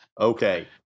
Okay